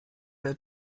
der